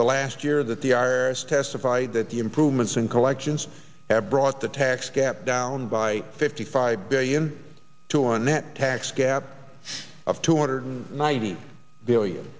the last year that the i r s testified that the improvements in collections have brought the tax gap down by fifty five billion to a net tax gap of two hundred ninety billion